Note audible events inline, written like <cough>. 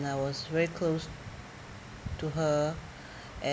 I was very close to her <breath> and